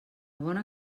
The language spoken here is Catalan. bona